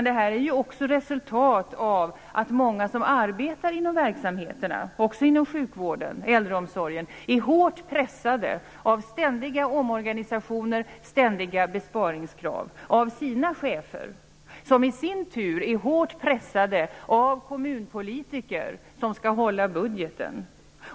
Det är ett resultat av att många som arbetar inom olika verksamheter, också inom sjukvården och äldreomsorgen, är hårt pressade av ständiga omorganisationer och ständiga besparingskrav av sina chefer, som i sin tur är hårt pressade av kommunpolitiker som skall hålla budgeten.